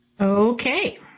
Okay